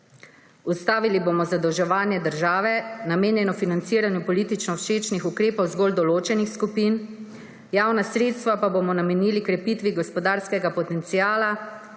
Ustavili bomo zadolževanje države, namenjeno financiranju politično všečnih ukrepov zgolj določenih skupin, javna sredstva pa bomo namenili krepitvi gospodarskega potenciala